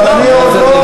בוא תענה לי.